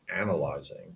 analyzing